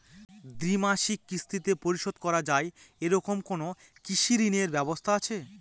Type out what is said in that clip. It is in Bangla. দ্বিমাসিক কিস্তিতে পরিশোধ করা য়ায় এরকম কোনো কৃষি ঋণের ব্যবস্থা আছে?